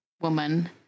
woman